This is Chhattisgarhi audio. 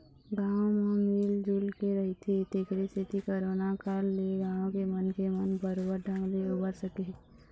गाँव म मिल जुलके रहिथे तेखरे सेती करोना काल ले गाँव के मनखे मन बरोबर ढंग ले उबर सके हे